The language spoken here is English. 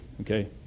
Okay